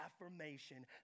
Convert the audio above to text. affirmation